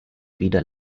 wieder